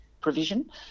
provision